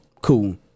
Cool